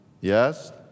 yes